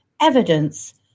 evidence